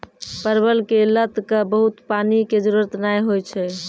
परवल के लत क बहुत पानी के जरूरत नाय होय छै